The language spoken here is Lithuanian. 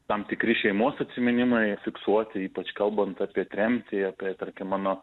tam tikri šeimos atsiminimai fiksuoti ypač kalbant apie tremtį apie tarkim mano